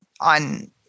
on